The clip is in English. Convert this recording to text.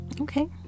Okay